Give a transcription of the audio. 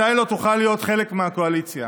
מתי לא תוכל להיות חלק מהקואליציה?